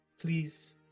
Please